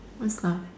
what's up